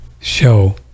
show